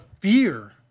fear